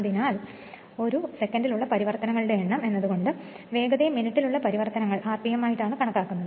അതിനാൽ ഒരു സെക്കൻഡിൽ ഉള്ള പരിവർത്തനങ്ങളുടെ എണ്ണം എന്ത് കൊണ്ട് എന്നാൽ വേഗതയെ മിനുട്ടിൽ ഉള്ള പരിവർത്തനങ്ങൾ ആയിട്ടാണ് കണക്കാക്കുന്നത്